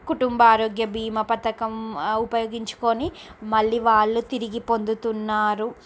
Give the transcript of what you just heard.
కుటుంబ ఆరోగ్య బీమా పథకం ఉపయోగించుకుని మళ్ళీ వాళ్ళు తిరిగి పొందుతున్నారు